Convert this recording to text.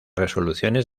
resoluciones